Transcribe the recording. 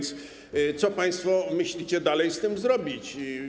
Co państwo myślicie dalej z tym zrobić?